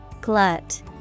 Glut